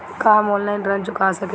का हम ऑनलाइन ऋण चुका सके ली?